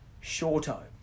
Shorto